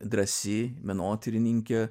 drąsi menotyrininkė